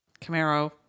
Camaro